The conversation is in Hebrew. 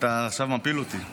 אתה עכשיו מפיל אותי.